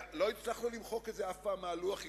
לא הצלחנו למחוק את זה אף פעם מן הלוח כי